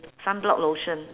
sunblock lotion